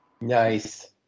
Nice